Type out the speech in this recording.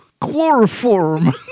Chloroform